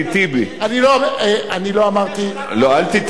אני לא אמרתי, לא, אל תתערב בתוכם.